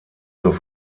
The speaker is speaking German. zur